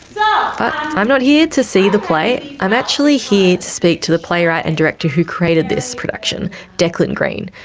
yeah but i'm not here to see the play, i'm actually here to speak to the playwright and director who created this production declan greene.